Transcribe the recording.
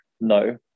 no